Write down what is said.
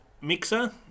Mixer